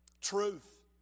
truth